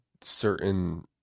certain